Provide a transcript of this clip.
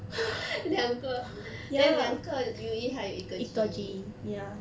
两个 then 两个 U_E 还有一个 G_E